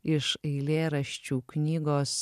iš eilėraščių knygos